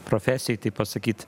profesijoj taip pasakyt